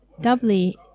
doubly